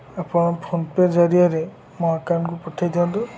ଆପଣ ଫୋନ୍ପେ' ଜରିଆରେ ମୋ ଆକାଉଣ୍ଟ୍କୁ ପଠାଇ ଦିଅନ୍ତୁ